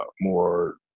more